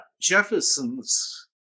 Jefferson's